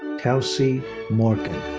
kelsi morgan.